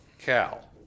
Cal